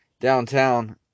downtown